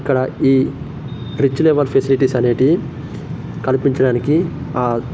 ఇక్కడ ఈ rich level facilities అనేటివి కల్పించడానికి